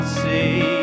see